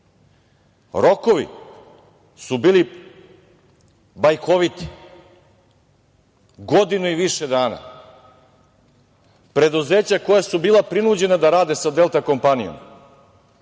Rokovi su bili bajkoviti, godinu i više dana. Preduzeća koja su bila prinuđena da rade sa „Delta kompanijom“